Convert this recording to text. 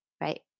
right